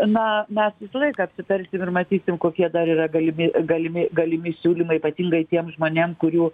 na mes visą laiką apsitarsim ir matysim kokie dar yra galimi galimi galimi siūlymai ypatingai tiem žmonėm kurių